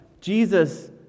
Jesus